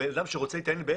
בן אדם שרוצה עסק,